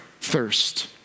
thirst